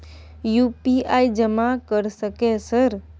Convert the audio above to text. UPI जमा कर सके सर?